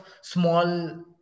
small